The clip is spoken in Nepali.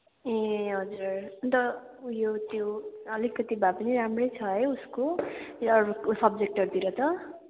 ए हजुर अनि त ऊ यो त्यो अलिकति भए पनि राम्रै छ है उसको अरू सब्जेक्टहरूतिर त